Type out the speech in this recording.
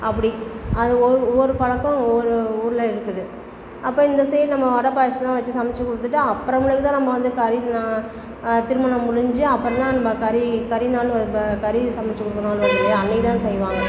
அப்படி அது ஒவ்வொரு பலக்கம் ஒவ்வொரு ஊர்ல இருக்குது அப்போ இந்த சைடு நம்ம வடை பாயாசம் தான் வச்சு சமைச்சி கொடுத்துட்டு அப்புறமேலுக்கு தான் நம்ம வந்து கறியெலாம் திருமணம் முடிஞ்சு அப்புறந்தான் நம்ம கறி கறிநாள் கறி சமைச்சி கொடுக்கறோம் அன்றைக்கு அன்றைக்கு தான் செய்வாங்க